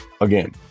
again